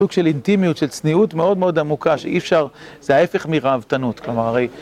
סוג של אינטימיות, של צניעות מאוד מאוד עמוקה, שאי אפשר, זה ההפך מרהבתנות כלומר הרי.